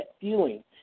feeling